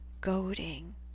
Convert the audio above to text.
goading